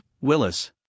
Willis